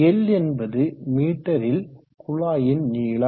L என்பது மீட்டரில் குழாயின் நீளம்